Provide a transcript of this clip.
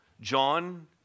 John